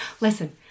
listen